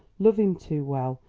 love him too well,